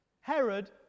Herod